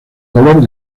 color